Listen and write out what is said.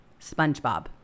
Spongebob